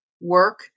work